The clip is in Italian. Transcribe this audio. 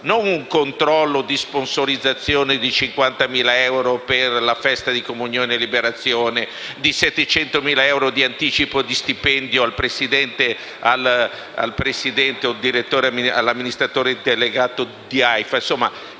non un controllo di sponsorizzazione di 50.000 euro per la festa di Comunione e Liberazione, di 700.000 di anticipo di stipendio al presidente o all'amministratore delegato di Aifa.